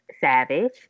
Savage